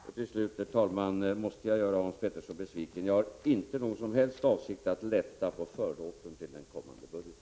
Till slut, herr talman, måste jag göra Hans Petersson besviken. Jag har inte någon som helst avsikt att lätta på förlåten till den kommande budgeten.